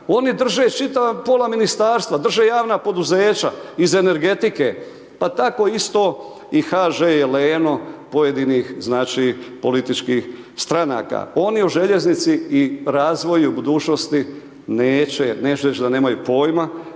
oni drže čitava pola Ministarstva, drže javna poduzeća iz energetike, pa tako isto i HŽ je leno pojedinih, znači, političkih stranka. Oni o željeznici i razvoju budućnosti neće, neću reći da nemaju pojma,